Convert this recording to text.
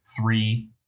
three